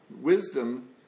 Wisdom